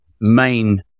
main